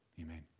Amen